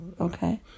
Okay